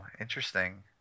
interesting